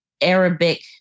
Arabic